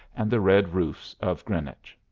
and the red roofs of greenwich.